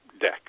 deck